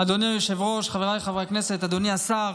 אדוני היושב-ראש, חבריי חברי הכנסת, אדוני השר,